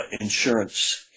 insurance